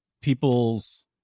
people's